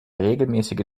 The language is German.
regelmäßige